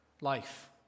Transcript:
life